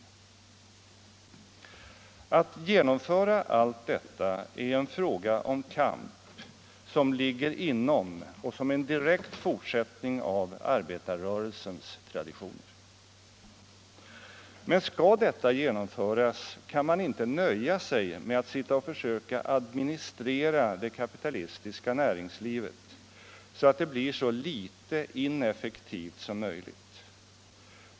Att genomföra allt detta är en fråga om kamp som ligger inom och som är en direkt fortsättning av arbetarrörelsens traditioner. Men skall detta genomföras kan man inte nöja sig med att sitta och försöka administrera det kapitalistiska näringslivet så att det blir så litet ineffektivt som möjligt.